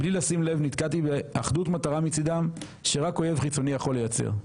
בלי לשים לב נתקלתי באחדות מטרה מצדם שרק אויב חיצוני יכול לייצר.